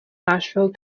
nashville